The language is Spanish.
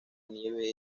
nieve